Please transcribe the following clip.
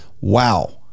wow